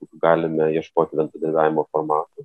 galime ieškoti bendradarbiavimo formatų